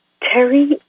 Terry